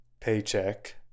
paycheck